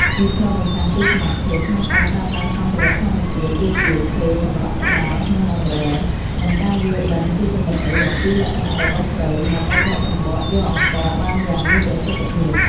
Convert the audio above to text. វាឆ្លុះបញ្ចាំងពីសមត្ថភាពក្នុងការប្រើប្រាស់សម្ភារៈធម្មជាតិ ដូចជាឈើសម្រាប់ត្បាល់ និងអង្រែ និងការយល់ដឹងស៊ីជម្រៅអំពីលក្ខណៈរបស់ស្រូវ ដើម្បីបកសម្បកយកអង្ករបានយ៉ាងមានប្រសិទ្ធភាព។